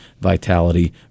vitality